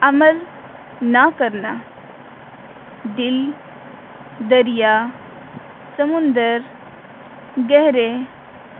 عمل نہ کرنا دل دریا سمندر گہرے